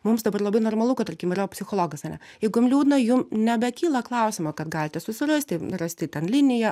mums dabar labai normalu kad tarkim yra psichologas ane jeigu jum liūdna jum nebekyla klausimo kad galite susirasti rasti ten liniją